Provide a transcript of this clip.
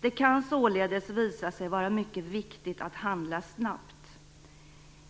Det kan således visa sig vara mycket viktigt att handla snabbt.